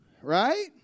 Right